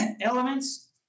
elements